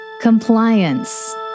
Compliance